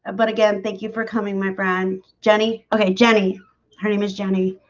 ah but again, thank you for coming my brand jenni okay, jenni her name is joanie